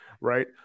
right